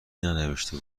ننوشته